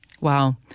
Wow